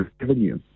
revenue